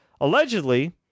allegedly